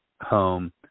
home